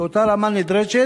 באותה רמה נדרשת,